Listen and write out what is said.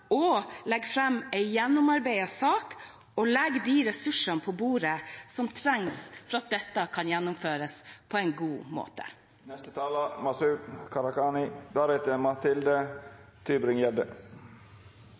og legge fram en gjennomarbeidet sak, og legge de ressursene på bordet som trengs for at dette kan gjennomføres på en god måte.